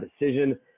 decision